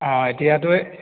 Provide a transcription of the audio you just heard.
অঁ এতিয়াতো